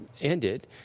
ended